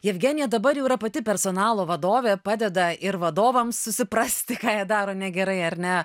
jevgenija dabar jau yra pati personalo vadovė padeda ir vadovams susiprasti ką jie daro negerai ar ne